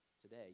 today